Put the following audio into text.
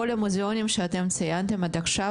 כל המוזיאונים שאתם ציינתם עד עכשיו,